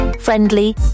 friendly